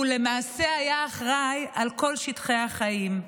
ולמעשה היה אחראי לכל שטחי החיים.